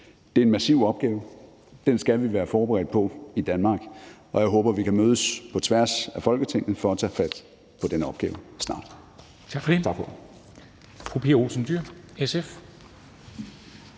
Det er en massiv opgave, den skal vi være forberedt på i Danmark, og jeg håber, at vi kan mødes på tværs af Folketinget for at tage fat på den opgave snart.